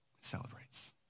celebrates